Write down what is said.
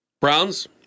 Browns